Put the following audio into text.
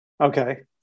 Okay